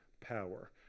power